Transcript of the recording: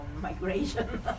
migration